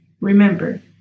Remember